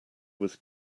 was